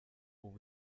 ubu